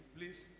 Please